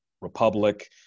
Republic